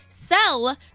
sell